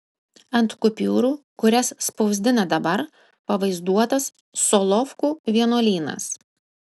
ant kupiūrų kurias spausdina dabar pavaizduotas solovkų vienuolynas